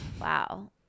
Wow